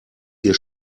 ihr